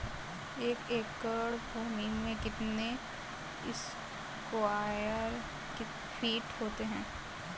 एक एकड़ भूमि में कितने स्क्वायर फिट होते हैं?